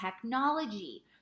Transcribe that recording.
technology